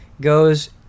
goes